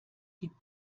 die